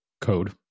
code